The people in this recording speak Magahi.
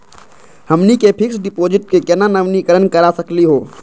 हमनी के फिक्स डिपॉजिट क केना नवीनीकरण करा सकली हो?